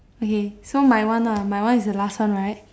okay so my one lah my one is the last one right